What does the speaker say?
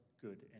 good